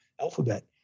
Alphabet